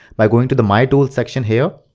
by going to the my tools section here,